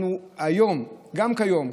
גם כיום,